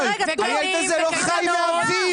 הילד הזה לא חי מאוויר,